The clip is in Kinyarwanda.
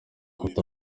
afite